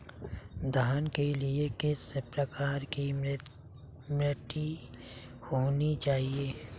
धान के लिए किस प्रकार की मिट्टी होनी चाहिए?